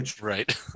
Right